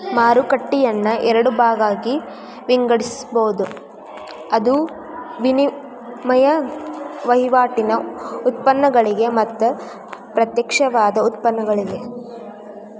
ಮಾರುಕಟ್ಟೆಯನ್ನ ಎರಡ ಭಾಗಾಗಿ ವಿಂಗಡಿಸ್ಬೊದ್, ಅದು ವಿನಿಮಯ ವಹಿವಾಟಿನ್ ಉತ್ಪನ್ನಗಳಿಗೆ ಮತ್ತ ಪ್ರತ್ಯಕ್ಷವಾದ ಉತ್ಪನ್ನಗಳಿಗೆ